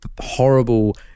horrible